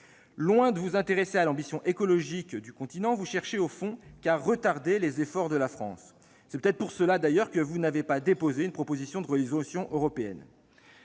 Loin de vous intéresser à l'ambition écologique du continent, vous ne cherchez au fond qu'à retarder les efforts de la France. C'est sans doute d'ailleurs pour cela que vous n'avez pas déposé de proposition de résolution européenne.